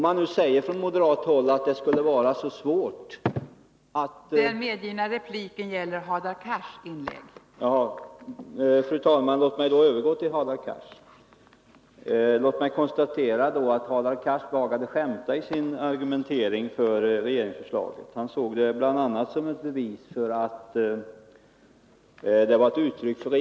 Det sägs nu från moderat håll att det skulle vara mycket svårt att tillämpa den föreslagna lagen.